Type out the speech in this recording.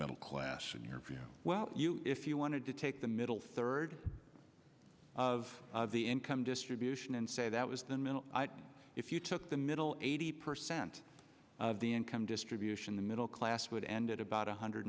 middle class in your view well if you wanted to take the middle third of the income distribution and say that was the middle if you took the middle eighty percent of the income distribution the middle class would end at about one hundred